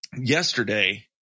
yesterday